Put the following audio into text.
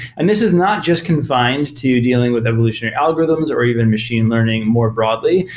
and this is not just confined to dealing with evolutionary algorithms or even machine learning more broadly.